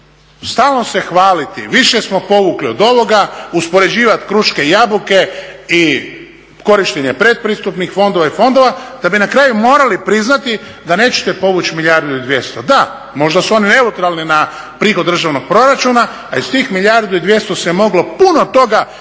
stalno se hvaliti više smo povukli od ovoga, uspoređivat kruške i jabuke i korištenje pretpristupnih fondova i fondova, da bi na kraju morali priznati da nećete povući milijardu i 200, da, možda su oni neutralni na prihod državnog proračuna, a iz tih milijardu i 200 se moglo puno toga isfinancirati